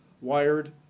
Wired